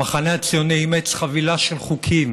המחנה הציוני אימץ חבילה של חוקים